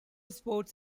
spots